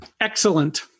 excellent